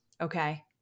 Okay